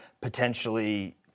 potentially